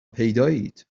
پیدایید